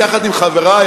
יחד עם חברי,